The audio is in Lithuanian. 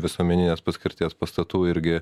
visuomeninės paskirties pastatų irgi